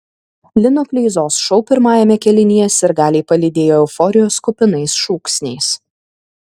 lino kleizos šou pirmajame kėlinyje sirgaliai palydėjo euforijos kupinais šūksniais